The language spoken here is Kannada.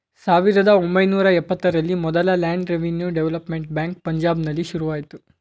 ಸಾವಿರದ ಒಂಬೈನೂರ ಇಪ್ಪತ್ತರಲ್ಲಿ ಮೊದಲ ಲ್ಯಾಂಡ್ ರೆವಿನ್ಯೂ ಡೆವಲಪ್ಮೆಂಟ್ ಬ್ಯಾಂಕ್ ಪಂಜಾಬ್ನಲ್ಲಿ ಶುರುವಾಯ್ತು